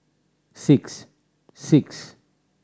six six